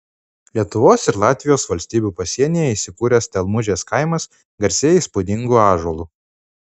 lietuvos ir latvijos valstybių pasienyje įsikūręs stelmužės kaimas garsėja įspūdingu ąžuolu